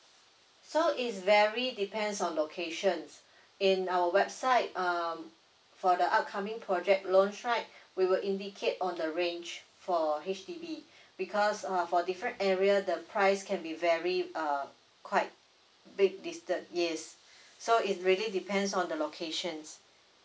so it vary depends on locations in our website um for the upcoming project launch right we will indicate on the range for H_D_B because err for different area the price can be vary uh quite big distance yes so is really depends on the locations